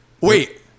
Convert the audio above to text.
Wait